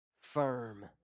firm